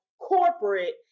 corporate